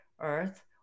earth